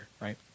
right